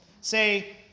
say